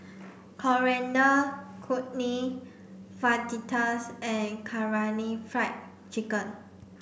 Coriander Chutney Fajitas and Karaage Fried Chicken